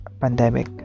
pandemic